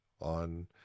on